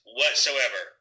whatsoever